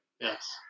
Yes